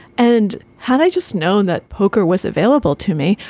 and had i just known that poker was available to me.